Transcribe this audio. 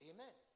Amen